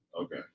Okay